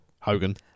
Hogan